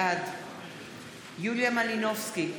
בעד יוליה מלינובסקי,